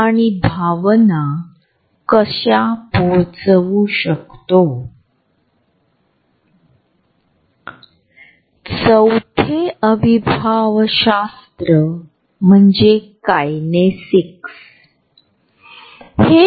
यातून आम्ही एक देहबोली विकसित करतो जी सूचित करते की आम्हाला त्यांच्या जवळ जाण्याची इच्छा नाही